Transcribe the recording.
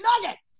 nuggets